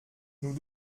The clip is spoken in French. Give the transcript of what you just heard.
nous